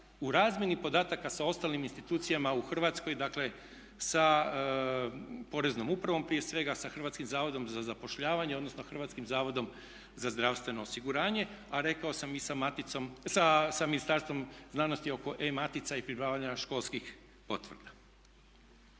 u razmjeni podataka sa ostalim institucijama u Hrvatskoj. Dakle sa poreznom upravom prije svega, sa Hrvatskim zavodom za zapošljavanje odnosno Hrvatskim zavodom za zdravstveno osiguranje, a rekao sam i sa maticom, sa Ministarstvom znanosti oko E-matica i pribavljanja školskih potvrda.